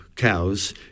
Cows